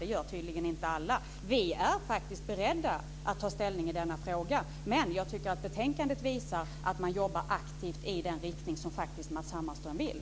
Det gör tydligen inte alla. Vi är beredda att ta ställning i frågan, men jag tycker att betänkandet visar att man jobbar aktivt i den riktning som Matz Hammarström faktiskt vill.